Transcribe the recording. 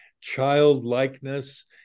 childlikeness